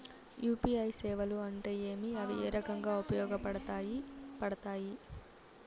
UPI సేవలు అంటే ఏమి, అవి ఏ రకంగా ఉపయోగపడతాయి పడతాయి?